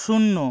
শূন্য